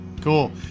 Cool